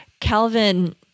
Calvin